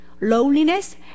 Loneliness